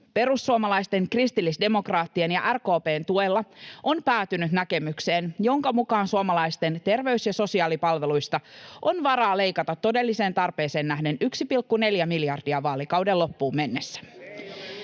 perussuomalaisten, kristillisdemokraattien ja RKP:n tuella on päätynyt näkemykseen, jonka mukaan suomalaisten terveys- ja sosiaalipalveluista on varaa leikata todelliseen tarpeeseen nähden 1,4 miljardia vaalikauden loppuun mennessä.